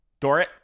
Dorit